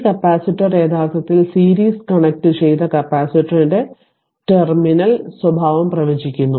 ഈ കപ്പാസിറ്റർ യഥാർത്ഥത്തിൽ series connect ചെയ്ത കപ്പാസിറ്ററിന്റെ ടെർമിനൽ സ്വഭാവം പ്രവചിക്കുന്നു